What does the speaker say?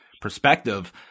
perspective